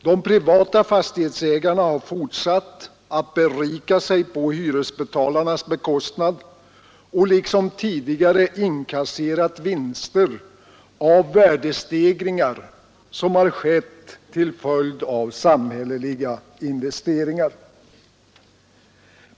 De privata fastighetsägarna har fortsatt att berika sig på hyresbetalarnas bekostnad och liksom tidigare inkasserat vinster av värdestegringar som skett till följd av samhälleliga investeringar.